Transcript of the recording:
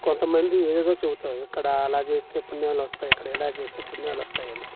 కొంతమంది ఏది ఏదో చెబుతారు అక్కడ అలా చేస్తే పుణ్యాలు వస్తాయి ఇక్కడ ఇలా చేస్తే పుణ్యాలు వస్తాయని